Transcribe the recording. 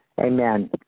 Amen